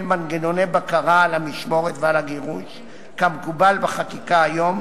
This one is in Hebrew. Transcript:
מנגנוני בקרה על המשמורת ועל הגירוש כמקובל בחקיקה היום,